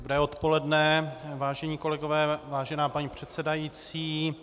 Dobré odpoledne, vážení kolegové, vážená paní předsedající.